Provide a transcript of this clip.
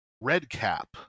Redcap